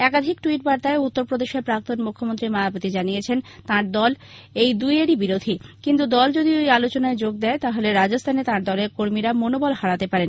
একাধিক ট্যুইট বার্তায় উত্তরপ্রদেশের প্রাক্তন মুখ্যমন্ত্রী মায়াবতী জানিয়েছেন তাঁর দল এই দুইয়েরই বিরোধী কিন্তু দল যদি ঐ আলোচনায় যোগ দেয় তাহলে রাজস্থানে তাঁর দলের কর্মীরা মনোবল হারাতে পারেন